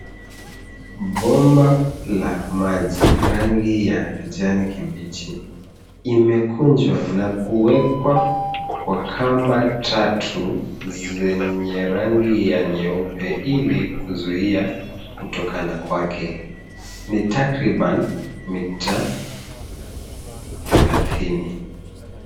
Bomba la maji, rangi ya kijani kibichi imekunjwa na kuwekwa kwa kamba tatuz enye rangi ya nyeupe ili kuzuia kutokana kwake. Ni takriban mita thelathini.